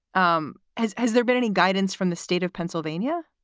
um has has there been any guidance from the state of pennsylvania?